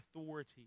authority